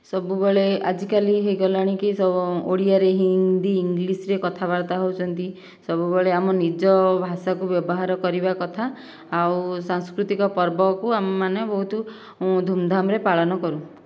ସବୁବେଳେ ଆଜିକାଲି ହୋଇଗଲାଣିକି ସଓଡ଼ିଆରେ ହିନ୍ଦୀ ଇଂଲିଶ ରେ କଥାବାର୍ତ୍ତା ହେଉଚନ୍ତି ସବୁବେଳେ ଆମ ନିଜ ଭାଷାକୁ ବ୍ୟବହାର କରିବା କଥା ଆଉ ସାଂସ୍କୃତିକ ପର୍ବକୁ ଆମେମାନେ ବହୁତ ଧୁମଧାମରେ ପାଳନ କରୁ